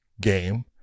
game